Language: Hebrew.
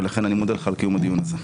ולכן אני מודה לך על קיום הדיון הזה.